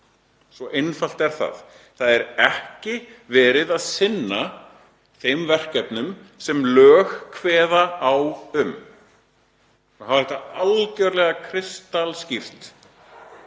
Svo einfalt er það. Það er ekki verið að sinna þeim verkefnum sem lög kveða á um, við skulum hafa það algerlega kristalskýrt.